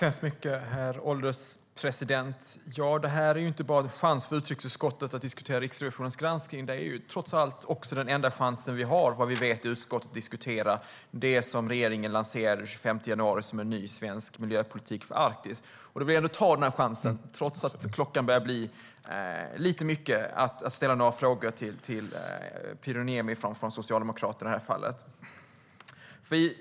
Herr ålderspresident! Detta är ju inte bara en chans för utrikesutskottet att diskutera Riksrevisionens granskning; trots allt är det också den enda chansen vi i utskottet har, vad vi vet, att diskutera det regeringen den 25 januari lanserade som en ny svensk miljöpolitik för Arktis. Trots att klockan börjar bli mycket vill jag därför ta chansen att ställa några frågor till Pyry Niemi från Socialdemokraterna.